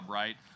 right